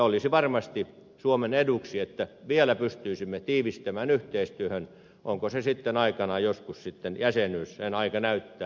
olisi varmasti suomen eduksi että vielä pystyisimme tiivistämään yhteistyötä onko se sitten aikanaan joskus jäsenyys sen aika näyttää